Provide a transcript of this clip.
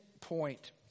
point